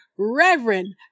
Reverend